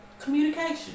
communication